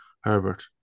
Herbert